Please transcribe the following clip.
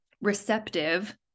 receptive